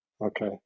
Okay